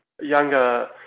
younger